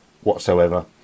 whatsoever